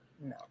no